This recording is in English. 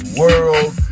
world